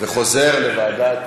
ומוחזרת לוועדת